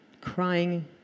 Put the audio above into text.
crying